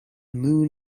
moon